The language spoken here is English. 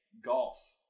Golf